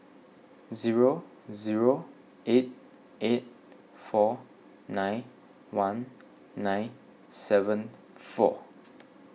zero zero eight eight four nine one nine seven four